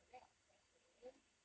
so next question